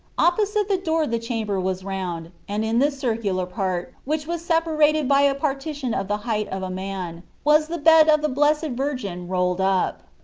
opposite the door the cham ber was round, and in this circular part, which was separated by a partition of the height of a man, was the bed of the blessed virgin, rolled up.